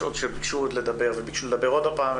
יש עוד שביקשו לדבר וביקשו לדבר עוד פעם,